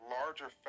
larger